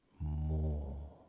more